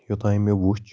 یوتانۍ مےٚ وُچھ